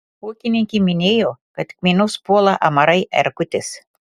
ūkininkė minėjo kad kmynus puola amarai erkutės